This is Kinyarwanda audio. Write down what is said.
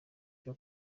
cyo